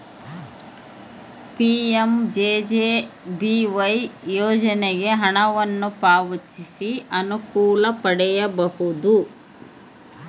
PMJJBY ಯೋಜನೆಗೆ ಹಣವನ್ನು ಪಾವತಿಸಿ ಅನುಕೂಲ ಪಡೆಯಬಹುದು